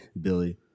Billy